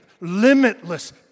Limitless